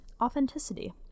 authenticity